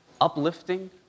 uplifting